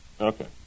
Okay